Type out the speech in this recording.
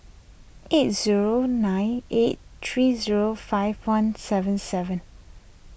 eight zero nine eight three zero five one seven seven